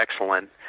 excellent